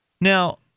Now